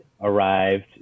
arrived